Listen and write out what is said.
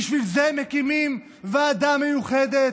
בשביל זה מקימים ועדה מיוחדת?